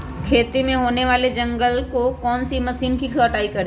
खेत में होने वाले जंगल को कौन से मशीन से कटाई करें?